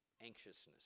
Anxiousness